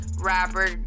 rapper